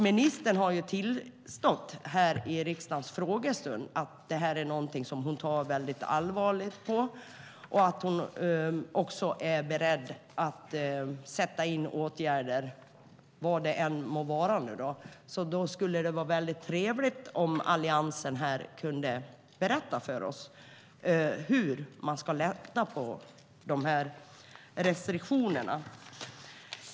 Ministern har i riksdagens frågestund sagt att hon tar detta på stort allvar och att hon är beredd att vidta åtgärder. Det skulle därför vara trevligt om Alliansen kunde berätta för oss hur man ska lätta på dessa restriktioner.